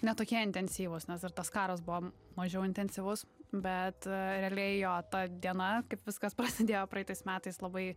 ne tokie intensyvūs nes ir tas karas buvo mažiau intensyvus bet realiai jo ta diena kaip viskas prasidėjo praeitais metais labai